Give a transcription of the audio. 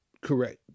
correct